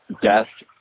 death